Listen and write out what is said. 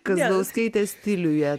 kazlauskaitės stiliuje